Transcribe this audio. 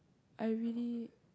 I really